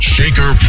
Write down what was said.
Shaker